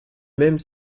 même